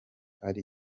ari